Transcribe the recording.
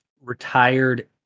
retired